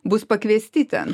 bus pakviesti ten